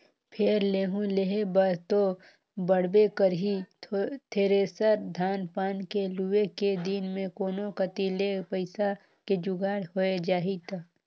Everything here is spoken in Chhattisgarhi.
फेर लेहूं लेहे बर तो पड़बे करही थेरेसर, धान पान के लुए के दिन मे कोनो कति ले पइसा के जुगाड़ होए जाही त